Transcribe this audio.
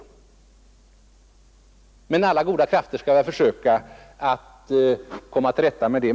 Med alla goda krafters hjälp skall vi försöka komma till rätta med den.